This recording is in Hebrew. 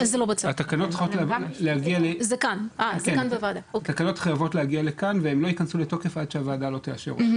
התקנות חייבות להגיע לכאן והן לא ייכנסו לתוקף עד שהוועדה לא תאשר אותן.